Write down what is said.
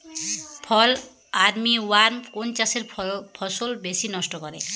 ফল armyworm কোন চাষের ফসল বেশি নষ্ট করে?